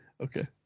Okay